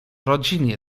rodzinie